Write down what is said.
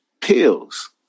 pills